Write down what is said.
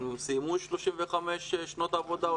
סיימנו 35 שנות עבודה.